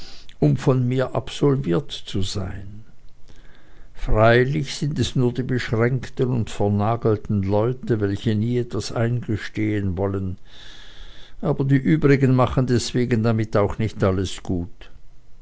um von mir absolviert zu sein freilich sind es nur die beschränkten und vernagelten leute welche nie etwas eingestehen wollen aber die übrigen machen deswegen damit auch nicht alles gut